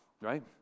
right